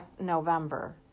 November